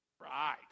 Right